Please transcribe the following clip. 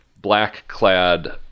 black-clad